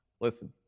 Listen